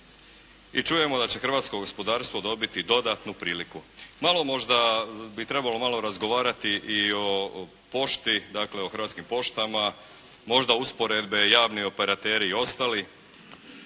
i čujemo da će hrvatsko gospodarstvo dobiti dodatnu priliku. Malo možda bi trebalo malo razgovarati i o pošti, dakle o Hrvatskim poštama, možda usporedbe javni operateri i ostali.